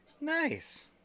Nice